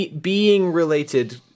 being-related